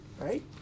right